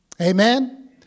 amen